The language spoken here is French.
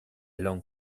langue